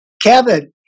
Kevin